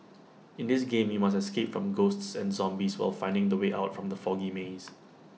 in this game you must escape from ghosts and zombies while finding the way out from the foggy maze